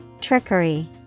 Trickery